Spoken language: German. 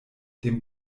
dem